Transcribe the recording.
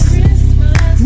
Christmas